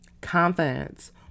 confidence